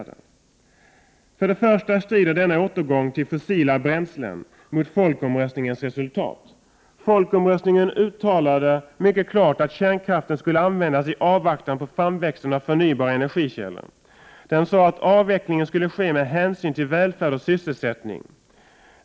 För det första strider denna återgång till fossila bränslen mot folkomröstningens resultat. Där uttalades mycket klart att kärnkraften skulle användas i avvaktan på framväxten av förnybara energikällor. Det sades att avvecklingen skulle ske med hänsyn till välfärd och sysselsättning.